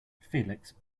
felix